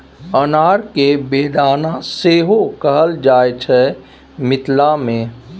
अनार केँ बेदाना सेहो कहल जाइ छै मिथिला मे